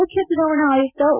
ಮುಖ್ಯ ಚುನಾವಣಾ ಆಯುಕ್ತ ಓ